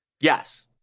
Yes